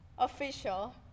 Official